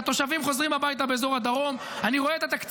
את התושבים באזור הדרום חוזרים